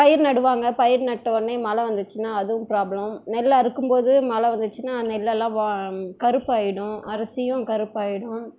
பயிர் நடுவாங்க பயிர் நட்டவொடனே மழை வந்துச்சுன்னா அதுவும் ப்ராப்ளம் நெல் அறுக்கும்போது மழை வந்துச்சுன்னா நெல்லெல்லாம் கருப்பாகிடும் அரிசியும் கருப்பாகிடும்